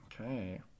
Okay